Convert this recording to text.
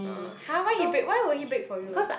uh !huh! why he brake why would he brake for you